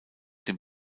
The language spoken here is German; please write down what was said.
dem